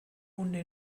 hunde